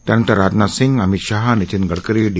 त्यानंतर राजनाथ सिंग अमित शहा नितीन गडकरी डी